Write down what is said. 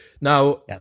Now